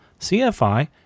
CFI